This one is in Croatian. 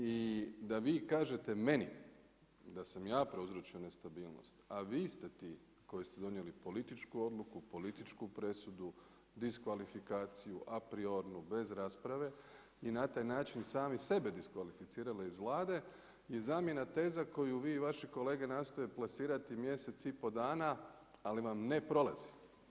I da vi kažete meni da sam ja prouzročio nestabilnost, a vi ste ti koji ste donijeli političku odluku, političku presudu, diskvalifikaciju, a priornu, bez rasprave i na taj način sami sebe diskvalificirali iz Vlade je zamjena teza koju vi i vaše kolege nastoje plasirati mjesec i pol dana ali vam ne prolazi.